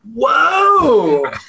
Whoa